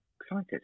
Excited